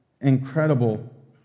incredible